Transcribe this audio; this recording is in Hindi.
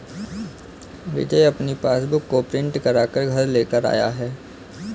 विजय अपनी पासबुक को प्रिंट करा कर घर लेकर आया है